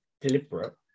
deliberate